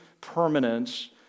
permanence